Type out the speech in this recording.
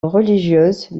religieuse